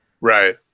Right